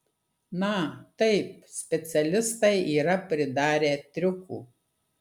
na taip specialistai yra pridarę triukų